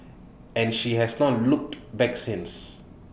and she has not looked back since